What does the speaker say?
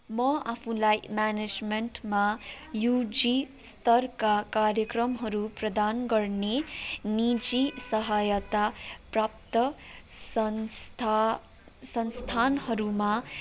म आफूलाई म्यानेजमेन्टमा युजी स्तरका कार्यक्रमहरू प्रधान गर्ने निजी सहायता प्राप्त संस्था संस्थानहरूमा